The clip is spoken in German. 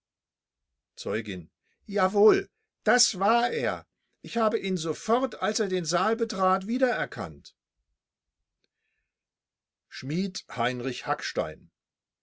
jawohl das war er ich habe ihn sofort als er den saal betrat wiedererkannt schmied heinrich hackstein